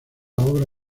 obra